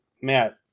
Matt